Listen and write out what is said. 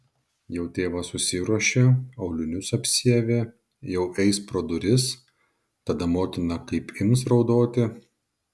jau tėvas susiruošė aulinius apsiavė jau eis pro duris tada motina kaip ims raudoti